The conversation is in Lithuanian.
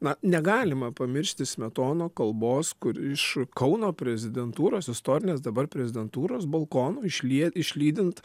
na negalima pamiršti smetono kalbos kur iš kauno prezidentūros istorinės dabar prezidentūros balkono išlie išlydint